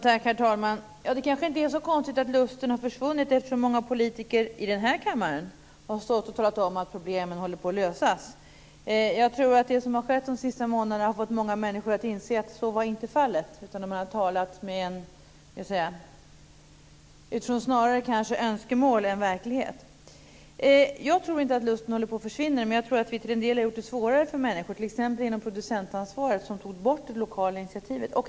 Herr talman! Det är kanske inte så konstigt att lusten har försvunnit. Många politiker har ju i denna kammare stått och talat om att problemen håller på att lösas. Jag tror dock att det som skett under de senaste månaderna har fått många människor att inse att så var inte fallet. Man har nog talat utifrån önskemål snarare än utifrån verklighet. Jag tror inte att lusten håller på att försvinna. Däremot tror jag att vi till en del har gjort det svårare för människor, t.ex. när det gäller producentansvaret - där togs det lokala initiativet bort.